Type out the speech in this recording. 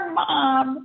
mom